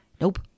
Nope